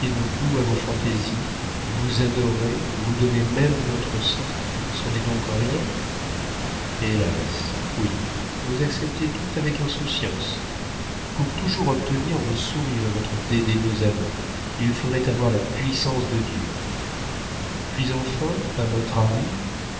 nos goûts à vos fantaisies vous adorer vous donner même notre sang ce n'est donc rien hélas oui vous acceptez tout avec insouciance pour toujours obtenir vos sourires et votre dédaigneux amour il faudrait avoir la puissance de dieu puis enfin un autre arrive